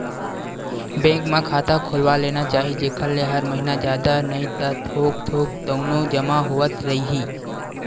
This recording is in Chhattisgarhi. बेंक म खाता खोलवा लेना चाही जेखर ले हर महिना जादा नइ ता थोक थोक तउनो जमा होवत रइही